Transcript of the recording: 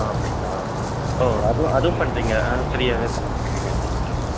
ஆ அப்படிங்களா ஓ அதுவும் அதுவும் பண்ணுறிங்க ம் ஃபிரியாகவே பண்ணுறிங்க